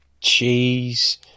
cheese